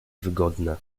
wygodne